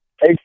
Hey